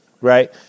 Right